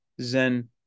Zen